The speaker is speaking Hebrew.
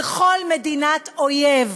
לכל מדינת אויב.